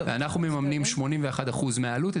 אנחנו מממנים שמונים ואחת אחוז מהעלות,